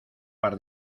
par